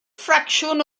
ffracsiwn